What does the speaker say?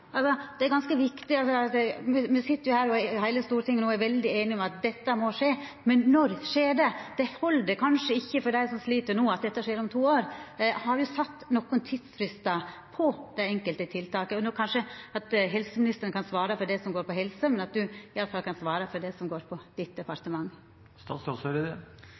Det er ganske viktig. Me sit her heile Stortinget no og er veldig einige om at dette må skje, men når skjer det? Det held kanskje ikkje for dei som slit no, at dette skjer om to år. Har me sett nokon tidsfristar når det gjeld dei enkelte tiltaka? Helseministeren kan kanskje svara for det som går på helse, men forsvarsministeren kan iallfall svara for det som går på